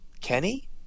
Kenny